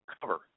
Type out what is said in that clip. cover